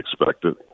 expected